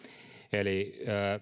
eli